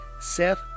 Seth